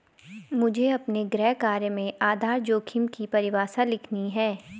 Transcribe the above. मुझे अपने गृह कार्य में आधार जोखिम की परिभाषा लिखनी है